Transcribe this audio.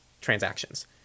transactions